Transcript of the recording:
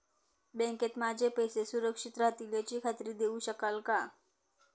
बँकेत माझे पैसे सुरक्षित राहतील याची खात्री देऊ शकाल का?